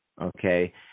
okay